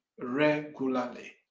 regularly